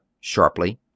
sharply